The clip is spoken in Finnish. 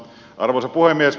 arvoisa puhemies